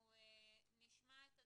אנחנו נשמע את הדברים,